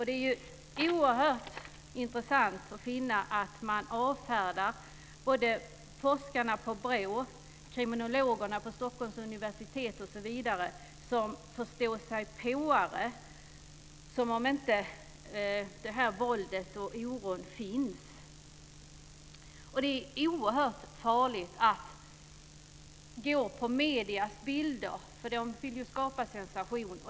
Det är oerhört intressant att finna att man avfärdar både forskarna på BRÅ och kriminologerna på Stockholms universitet osv. som förståsigpåare, som om våldet och oron inte fanns. Det är oerhört farligt att gå på mediernas bilder, för där vill man ju skapa sensation.